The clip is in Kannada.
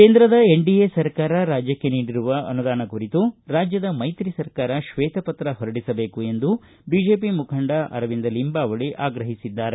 ಕೇಂದ್ರದ ಎನ್ಡಿಎ ಸರ್ಕಾರ ರಾಜ್ಯಕ್ಷೆ ನೀಡಿರುವ ಅನುದಾನ ಕುರಿತು ರಾಜ್ಯದ ಮೈತ್ರಿ ಸರ್ಕಾರ ಶ್ವೇತ ಪತ್ರ ಹೊರಡಿಸಬೇಕು ಎಂದು ಬಿಜೆಪಿ ಮುಖಂಡ ಅರವಿಂದ ಲಿಂಬಾವಳಿ ಆಗ್ರಹಿಸಿದ್ದಾರೆ